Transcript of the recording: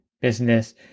business